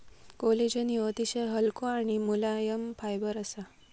collagen ह्यो अतिशय हलको आणि मुलायम फायबर असा